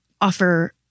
offer